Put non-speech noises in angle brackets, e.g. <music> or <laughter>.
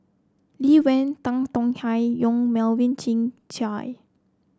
Lee Wen Tan Tong Hye Yong Melvin <unintelligible> Chye